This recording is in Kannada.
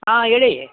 ಹಾಂ ಹೇಳಿ